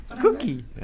Cookie